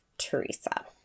Teresa